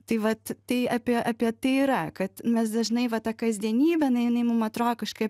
tai vat tai apie apie tai yra kad mes dažnai va tą kasdienybė na jinai mum atrodo kažkaip